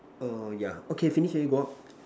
err yeah okay finish already go out